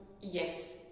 Yes